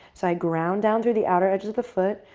so i ground down through the outer edge of the foot.